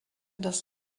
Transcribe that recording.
das